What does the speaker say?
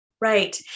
Right